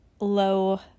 low